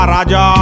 Raja